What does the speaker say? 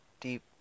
deep